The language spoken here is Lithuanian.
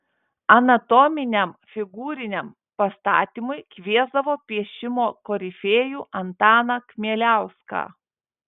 anatominiam figūriniam pastatymui kviesdavo piešimo korifėjų antaną kmieliauską